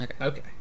Okay